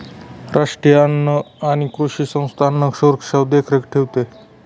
राष्ट्रीय अन्न आणि कृषी संस्था अन्नसुरक्षावर देखरेख ठेवतंस